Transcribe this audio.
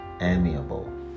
amiable